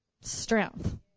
Strength